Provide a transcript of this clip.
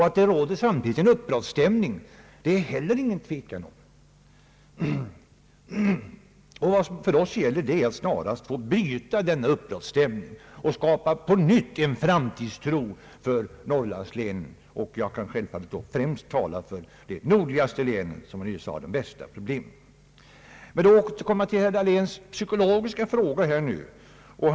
Att det råder en viss uppbrottsstämning är det heller ingen tvekan om. Det är nödvändigt för oss att snarast bryta denna uppbrottsstämning och att på nytt skapa en framtidstro för norrlandslänen. Jag kan självfallet här främst tala för det nordligaste länet, som har de värsta problemen. Jag återkommer till herr Dahléns konstaterande att detta är en psykologisk fråga.